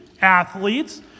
athletes